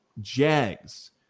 Jags